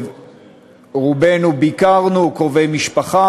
רובנו ביקר קרובי משפחה,